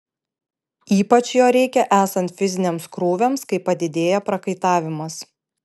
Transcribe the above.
ypač jo reikia esant fiziniams krūviams kai padidėja prakaitavimas